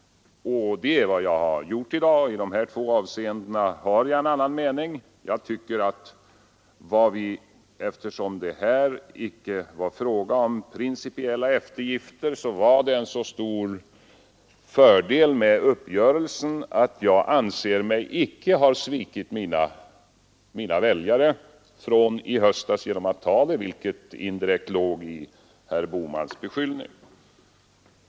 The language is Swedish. Det är vad jag i dag har gjort. I dessa båda avseenden har jag en annan mening. Eftersom det här inte varit fråga om principiella eftergifter, var det en så stor fördel med uppgörelsen att jag icke anser mig ha svikit mina väljare från i höstas genom att ta uppgörelsen, vilket indirekt låg i herr Bohmans beskyllning.